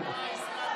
חבר הכנסת,